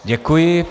Děkuji.